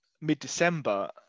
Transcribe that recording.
mid-December